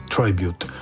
Tribute